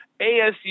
ASU